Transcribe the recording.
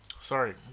Sorry